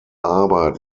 arbeit